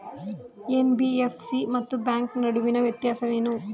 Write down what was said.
NBFC ಮತ್ತು bank ನಡುವಿನ ವ್ಯತ್ಯಾಸವೇನು?